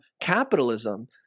capitalism